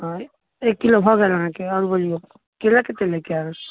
हँ एक किलो भऽ गेल अहाँके आओर बोलियौ केला कतेक लै के हइ